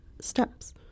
steps